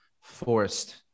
forced